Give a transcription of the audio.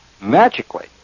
magically